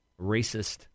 racist